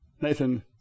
Nathan